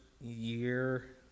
year